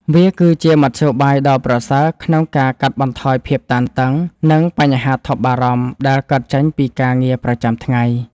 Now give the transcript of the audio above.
វាគឺជាមធ្យោបាយដ៏ប្រសើរក្នុងការកាត់បន្ថយភាពតានតឹង និងបញ្ហាថប់បារម្ភដែលកើតចេញពីការងារប្រចាំថ្ងៃ។